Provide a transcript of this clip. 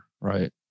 Right